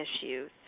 issues